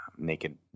Naked